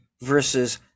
versus